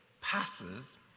passes